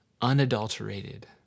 unadulterated